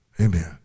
Amen